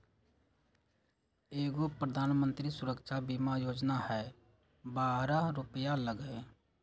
एगो प्रधानमंत्री सुरक्षा बीमा योजना है बारह रु लगहई?